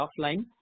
offline